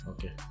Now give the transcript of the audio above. Okay